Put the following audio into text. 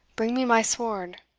bring me my sword.